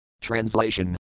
Translation